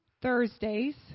Thursdays